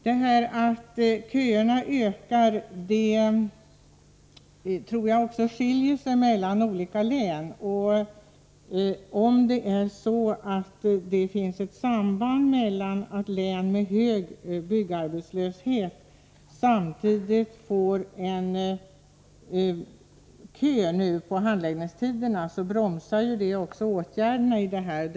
Om köerna ökar eller inte tror jag också är någonting som skiljer sig mellan olika län. Om län med hög byggarbetslöshet samtidigt får en förlängning av handläggningstiderna, innebär ju detta att åtgärderna bromsas.